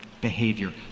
behavior